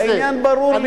העניין ברור לי.